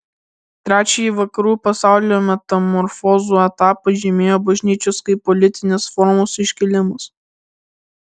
trečiąjį vakarų pasaulio metamorfozių etapą žymėjo bažnyčios kaip politinės formos iškilimas